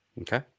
okay